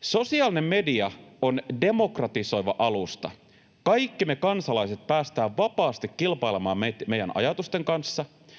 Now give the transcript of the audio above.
Sosiaalinen media on demokratisoiva alusta — kaikki me kansalaiset päästään vapaasti kilpailemaan meidän ajatusten kanssa,